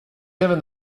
given